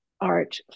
art